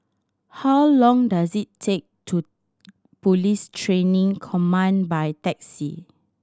how long does it take to Police Training Command by taxi